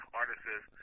artists